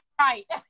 right